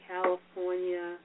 California